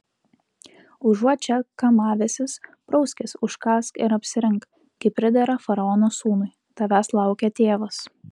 užuot čia kamavęsis prauskis užkąsk ir apsirenk kaip pridera faraono sūnui tavęs laukia tėvas